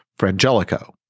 Frangelico